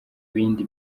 bindi